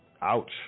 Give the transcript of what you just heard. Ouch